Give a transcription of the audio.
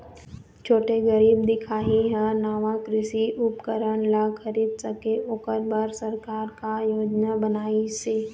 छोटे गरीब दिखाही हा नावा कृषि उपकरण ला खरीद सके ओकर बर सरकार का योजना बनाइसे?